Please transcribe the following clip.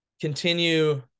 continue